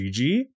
gg